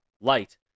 light